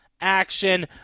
action